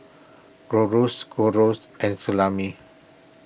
Gyros Gyros and Salami